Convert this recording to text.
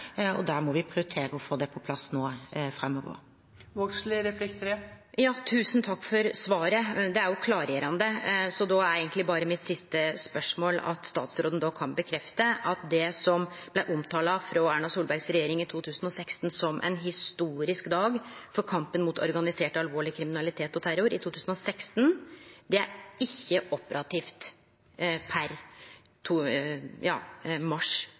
må vi prioritere å få det på plass nå framover. Tusen takk for svaret, det er jo klargjerande. Då er eigentleg mitt siste spørsmål om statsråden kan bekrefte at det som blei omtalt frå Erna Solbergs regjering i 2016 som ein historisk dag for kampen mot alvorleg organisert kriminalitet og terror – i 2016 – ikkje er operativt per